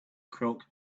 crook